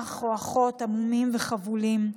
אח או אחות המומים וחבולים,